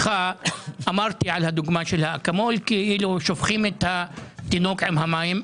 אמרתי על הדוגמה של האקמול כאילו שופכים את התינוק עם המים.